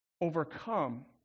overcome